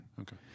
okay